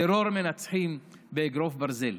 טרור מנצחים באגרוף ברזל.